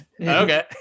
Okay